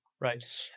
Right